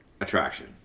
attraction